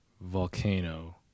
volcano